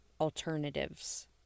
alternatives